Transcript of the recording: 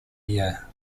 year